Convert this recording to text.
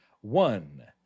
one